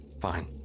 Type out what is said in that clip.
fine